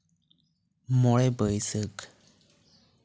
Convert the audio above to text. ᱢᱚᱬᱮ ᱵᱟᱹᱭᱥᱟᱹᱠᱷ